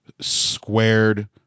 squared